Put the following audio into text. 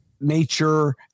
nature